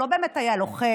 הוא לא באמת היה לוחם,